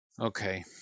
okay